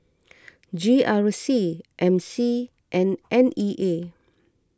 G R C M C and N E A